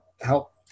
help